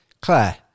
Claire